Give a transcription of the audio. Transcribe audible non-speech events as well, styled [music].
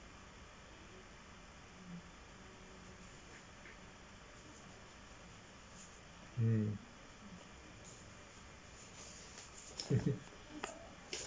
hmm [laughs]